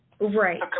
Right